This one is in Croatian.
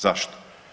Zašto?